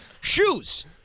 shoes